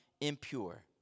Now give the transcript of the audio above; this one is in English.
impure